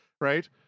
right